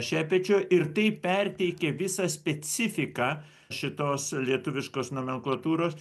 šepečio ir tai perteikė visą specifiką šitos lietuviškos nomenklatūros